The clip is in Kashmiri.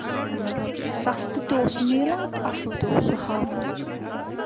مطلب یہِ سَستہٕ تہِ اوس میلان تہٕ اَصٕل تہِ اوس سُہ ہاوان